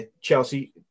Chelsea